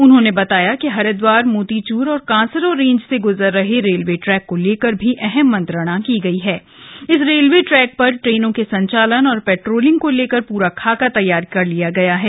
उन्होंने बताया कि पार्क की हरिद्वार मोतीचूर और कांसरो रेन्ज से ग्जर रहे रेलवे ट्रक्व को लेकर भी अहम मंत्रणा की गई हण इस रेल ट्रक्क पर ट्रेनों के संचालन और पट्रोलिंग को लेकर पूरा खाका तष्टार कर लिया गया है